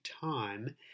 time